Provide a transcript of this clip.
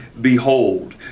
Behold